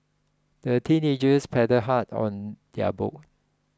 the teenagers paddled hard on their boat